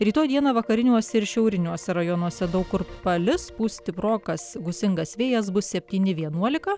rytoj dieną vakariniuose ir šiauriniuose rajonuose daug kur palis pūs stiprokas gūsingas vėjas bus septyni vienuolika